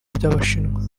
by’abashinwa